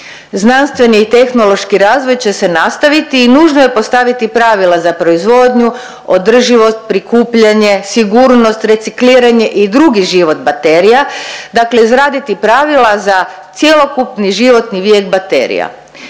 Znanstveni i tehnološki razvoj će se nastaviti i nužno je postaviti pravila za proizvodnju, održivost, prikupljanje, sigurnost, recikliranje i drugi život baterija, dakle izraditi pravila za cjelokupni životni vijek baterija